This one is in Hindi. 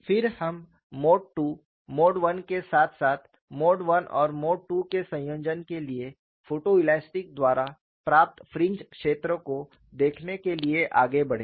फिर हम मोड II मोड I के साथ साथ मोड I और मोड II के संयोजन के लिए फोटोइलास्टिक द्वारा प्राप्त फ्रिंज क्षेत्र को देखने के लिए आगे बढ़े